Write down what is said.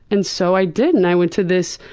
and so i did. and i went to this